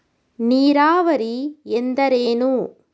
ನೀರಾವರಿ ಎಂದರೇನು?